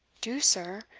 do, sir?